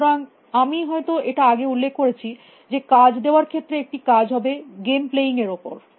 সুতরাং আমি হয়ত এটা আগে উল্লেখ করেছি যে কাজ দেওয়ার ক্ষেত্রে একটি কাজ হবে গেম প্লেয়িং এর উপর